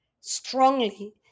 strongly